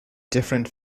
different